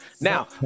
Now